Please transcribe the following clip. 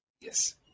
Yes